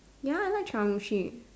ya I like chawanmushi